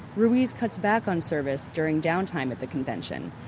ruiz cuts back on service during down time at the convention.